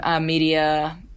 media